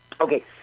Okay